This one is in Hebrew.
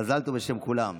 מזל טוב בשם כולם,